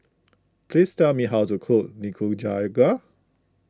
please tell me how to cook Nikujaga